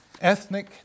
ethnic